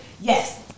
Yes